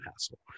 hassle